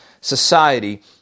society